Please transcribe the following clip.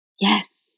Yes